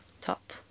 top